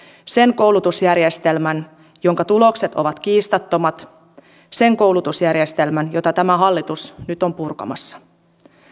sen koulutusjärjestelmän jonka tulokset ovat kiistattomat sen koulutusjärjestelmän jota tämä hallitus nyt on purkamassa